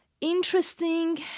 interesting